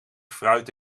fruit